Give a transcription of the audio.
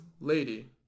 lady